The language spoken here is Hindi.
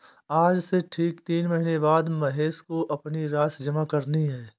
आज से ठीक तीन महीने बाद महेश को अपनी राशि जमा करनी है